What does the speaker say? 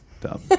dumb